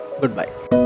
goodbye